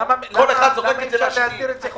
כל אחד זורק את זה לשני.